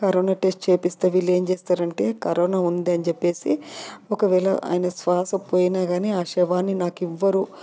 corona test చేయిస్తే వీళ్ళు ఏం చేస్తారంటే కరోనా ఉంది అని చెప్పేసి ఒకవేళ ఆయన శ్వాస పోయిన కాని ఆ శవాన్ని నాకు ఇవ్వరు